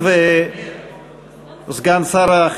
ותועבר להכנה לקריאה ראשונה בוועדת הכספים של הכנסת.